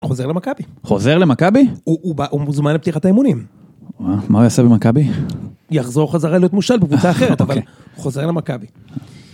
חוזר למכבי. חוזר למכבי? הוא מוזמן לפתיחת האימונים. מה הוא יעשה במכבי? יחזור חזרה להיות מושל בקבוצה אחרת, אבל חוזר למכבי.